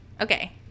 okay